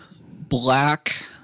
black